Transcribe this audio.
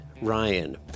Ryan